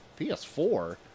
PS4